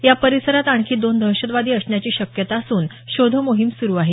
या परिसरात आणखी दोन दहशतवादी असण्याची शक्यता असून शोध मोहीम सुरु आहे